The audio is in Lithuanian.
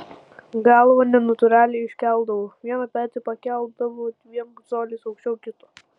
galvą nenatūraliai iškeldavo vieną petį pakeldavo dviem coliais aukščiau kito